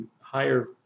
higher